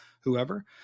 whoever